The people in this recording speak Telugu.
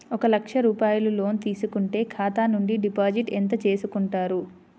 ఒక లక్ష రూపాయలు లోన్ తీసుకుంటే ఖాతా నుండి డిపాజిట్ ఎంత చేసుకుంటారు?